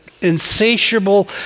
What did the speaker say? insatiable